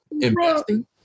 investing